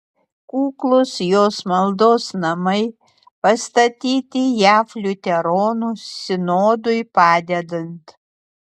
kuklūs jos maldos namai pastatyti jav liuteronų sinodui padedant